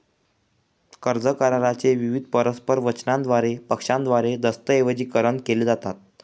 कर्ज करारा चे विविध परस्पर वचनांद्वारे पक्षांद्वारे दस्तऐवजीकरण केले जातात